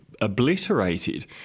obliterated